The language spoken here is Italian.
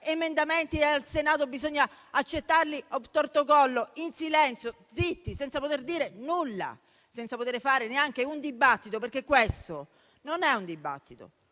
Camera mentre al Senato bisogna accettarli *obtorto collo*, in silenzio, zitti, senza poter dire nulla e senza poter fare neanche un dibattito. Questo infatti non è un dibattito,